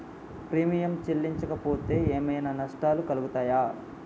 Premium చెల్లించకపోతే ఏమైనా నష్టాలు కలుగుతయా?